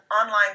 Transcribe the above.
online